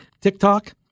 TikTok